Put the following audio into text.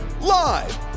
Live